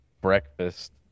Breakfast